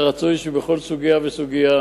שבכל סוגיה וסוגיה